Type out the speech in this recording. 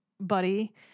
buddy